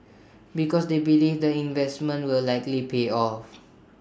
because they believe the investment will likely pay off